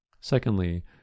Secondly